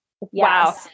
Wow